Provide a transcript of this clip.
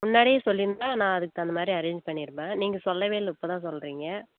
முன்னாடியே சொல்லியிருந்தா நான் அதுக்கு தகுந்த மாதிரி அரேஞ் பண்ணியிருப்பேன் நீங்கள் சொல்லவே இல்லை இப்போ தான் சொல்கிறீங்க